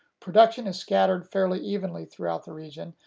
production is scattered fairly evenly throughout the region,